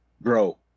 Bro